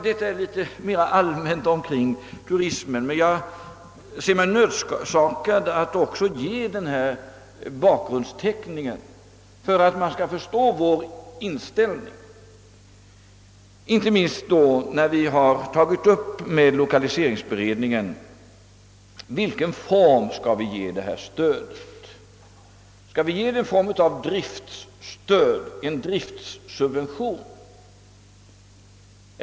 Detta var några mer allmänna synpunkter på turismen. Jag har sett mig nödsakad att också ge denna bakgrundsteckning för att man skall förstå vår inställning. Inte minst gäller det den fråga som vi tagit upp med lokaliseringsberedningen beträffande formen för stödet. Skall vi ge det formen av ett driftstöd, en driftsubvention?